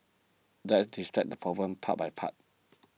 let's distract the problem part by part